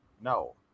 no